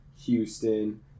Houston